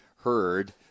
heard